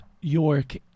York